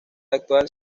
actual